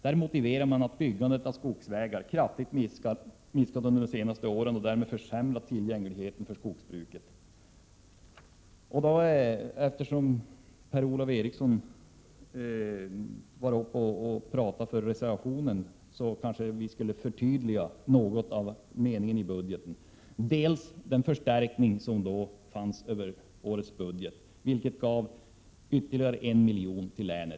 Detta motiverar man med att byggande av skogsvägar kraftigt minskat under senare år och därmed försämrat tillgängligheten för skogsbruket. Eftersom Per-Ola Eriksson talade för reservationen kanske jag något skall förtydliga meningen i budgeten. Årets budget innehöll dels en förstärkning som gav ytterligare 1 milj.kr. till länet.